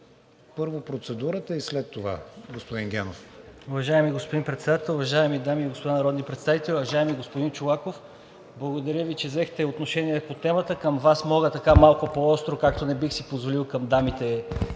първо процедурата и след това, господин Генов.